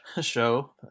show